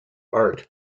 art